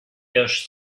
cache